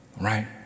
right